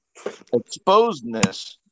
Exposedness